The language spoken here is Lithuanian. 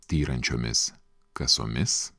styrančiomis kasomis